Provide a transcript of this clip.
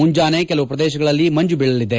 ಮುಂಜಾನೆ ಕೆಲವು ಪ್ರದೇಶಗಳಲ್ಲಿ ಮಂಜು ಬೀಳಲಿದೆ